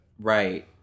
Right